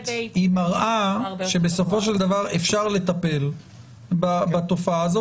זה מראה שבסופו של דבר אפשר לטפל בתופעה הזו,